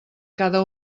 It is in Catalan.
cada